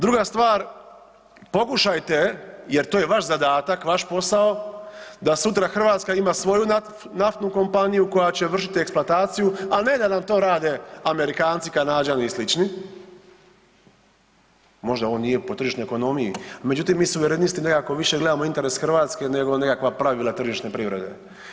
Druga stvar, pokušajte jer to je vaš zadatak, vaš posao da sutra Hrvatska ima svoju naftnu kompaniju koja će vršiti eksploataciju, a ne da nam to rade Amerikanci, Kanađani i slični, možda ovo nije po tržišnoj ekonomiji, međutim mi suverenisti nekako više gledamo interes Hrvatske nego nekakva pravila tržišne privrede.